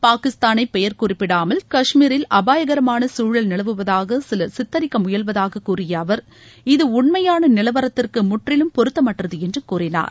பாகிஸ்தானை பெயர் குறிப்பிடாமல் கஷ்மீரில் அபாயகரமான சூழல் நிலவுவதாக சிலர் சித்தரிக்க முயல்வதாக கூறிய அவர் இது உண்மையான நிலவரத்திற்கு முற்றிலும் பொருத்தமற்றது என்று கூறினார்